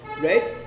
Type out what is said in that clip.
right